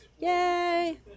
Yay